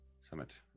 summit